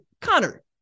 Connor